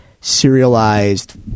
serialized